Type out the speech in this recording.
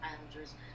islanders